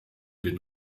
den